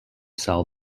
sell